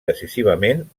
decisivament